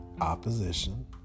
opposition